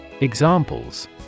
Examples